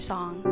Song